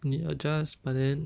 你 adjust but then